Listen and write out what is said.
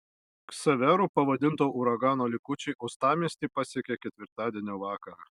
ksaveru pavadinto uragano likučiai uostamiestį pasiekė ketvirtadienio vakarą